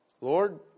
Lord